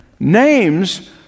Names